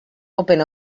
open